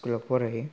school आव फरायो